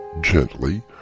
gently